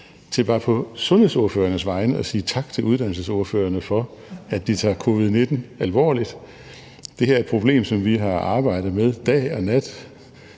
til bare på sundhedsordførernes vegne at sige tak til uddannelsesordførerne for, at de tager covid-19 alvorligt. Det her er et problem, som vi har arbejdet med dag og nat